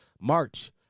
March